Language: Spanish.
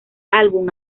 álbum